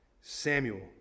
Samuel